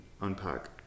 unpack